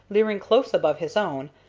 leering close above his own,